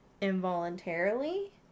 involuntarily